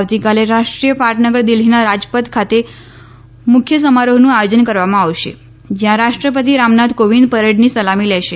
આવતીકાલે રાષ્ટ્રીય પાટનગર દિલ્હીના રાજપથ ખાતે મુખ્ય સમારોહનું આયોજન કરવામાં આવશે જ્યાં રાષ્ટ્રપતિ રામનાથ કોવિંદ પરેડની સલામી લેશે